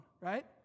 right